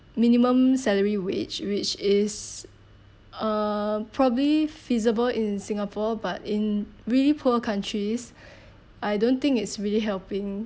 minimum salary wage which is uh probably feasible in singapore but in really poor countries I don't think it's really helping